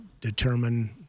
determine